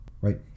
right